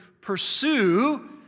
pursue